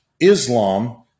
Islam